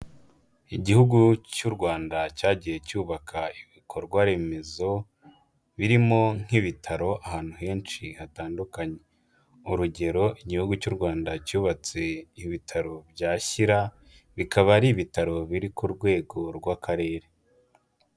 Igihugu cy'u Rwanda cyagiye cyubaka ibikorwaremezo, birimo nk'ibitaro ahantu henshi hatandukanye, urugero Igihugu cy'u Rwanda cyubatse ibitaro bya Shyira bikaba ari ibitaro biri ku rwego rw'akarere.